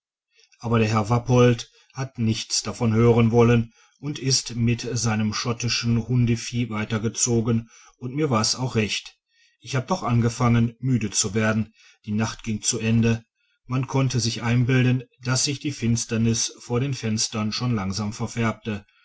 aber der herr wappolt hat nichts davon hören wollen und ist mit seinem schottischen hundevieh weitergezogen und mir war's auch recht ich hab doch angefangen müde zu werden die nacht ging zu ende man konnte sich einbilden daß sich die finsternis vor den fenstern schon langsam verfärbte